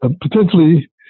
potentially